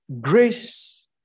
grace